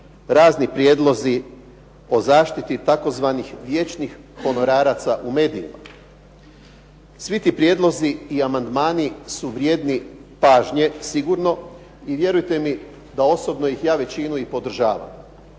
razni prijedlozi o zaštiti tzv. vječnih honoraraca u medijima. Svi ti prijedlozi i amandmani su vrijedni pažnje sigurno, a vjerujte mi da ih većinu i ja podržavam.